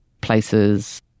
places